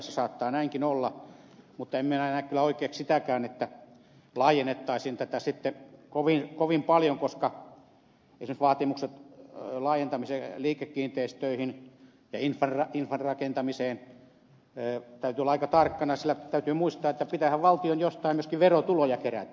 saattaa näinkin olla mutta en minä näe kyllä oikeaksi sitäkään että laajennettaisiin tätä sitten kovin paljon koska esimerkiksi laajentamisessa liikekiinteistöihin ja infran rakentamiseen täytyy olla aika tarkkana sillä täytyy muistaa että pitäähän valtion jostain myöskin verotuloja kerätä